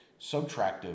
subtractive